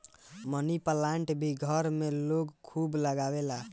मनी plant भी घर में लोग खूब लगावेला